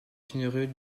généreux